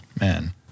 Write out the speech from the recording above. Man